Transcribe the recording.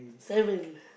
seven